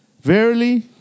verily